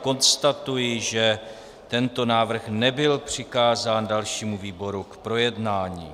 Konstatuji, že tento návrh nebyl přikázán dalšímu výboru k projednání.